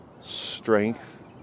strength